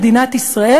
מדינת ישראל,